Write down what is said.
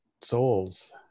souls